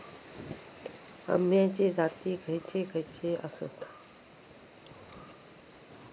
अम्याचे जाती खयचे खयचे आसत?